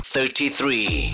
Thirty-three